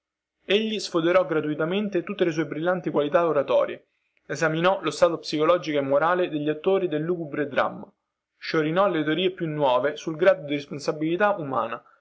egli sfoderò gratuitamente tutte le sue brillanti qualità oratorie pel solo onore esaminò lo stato psicologico e morale degli attori del lugubre dramma sciorinò le teorie più nove sul grado di responsabilità umana